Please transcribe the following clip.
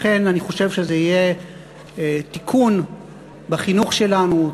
לכן אני חושב שזה יהיה תיקון בחינוך שלנו,